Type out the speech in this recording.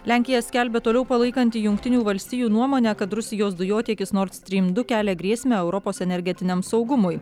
lenkija skelbia toliau palaikanti jungtinių valstijų nuomonę kad rusijos dujotiekis nord strym du kelia grėsmę europos energetiniam saugumui